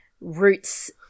Roots